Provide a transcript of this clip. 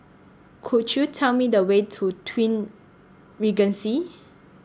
Could YOU Tell Me The Way to Twin Regency